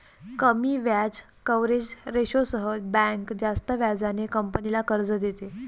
कमी व्याज कव्हरेज रेशोसह बँक जास्त व्याजाने कंपनीला कर्ज देते